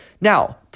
Now